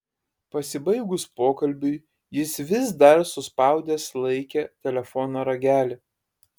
pasibaigus pokalbiui jis vis dar suspaudęs laikė telefono ragelį